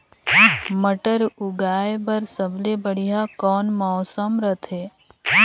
मटर उगाय बर सबले बढ़िया कौन मौसम रथे?